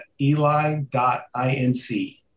eli.inc